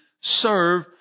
serve